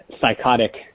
psychotic